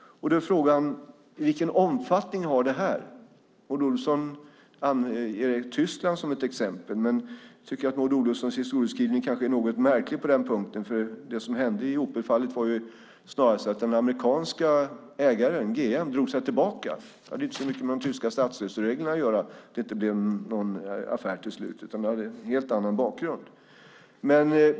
Frågan är därför vilken omfattning det har. Maud Olofsson anger Tyskland som ett exempel, men jag tycker att hennes historieskrivning på den punkten kanske är något märklig, för det som hände i Opelfallet var snarast att den amerikanska ägaren GM drog sig tillbaka. Att det till slut inte blev någon affär hade inte så mycket med de tyska statsstödsreglerna att göra, utan det hade en helt annan bakgrund.